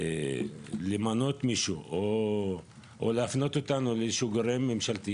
למנות מישהו או להפנות אותנו לאיזה גורם ממשלתי